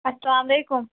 اسلامُ علیکُم